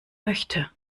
möchte